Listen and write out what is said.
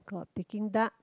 got Peking duck